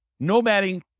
nomading